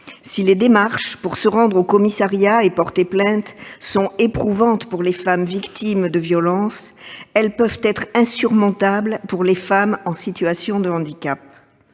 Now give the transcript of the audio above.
Si les démarches pour se rendre au commissariat et porter plainte sont éprouvantes pour les femmes victimes de violences, elles peuvent être insurmontables pour les femmes en situation de handicap.